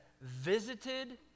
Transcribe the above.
visited